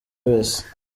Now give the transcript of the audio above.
wese